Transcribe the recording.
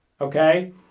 okay